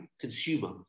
Consumer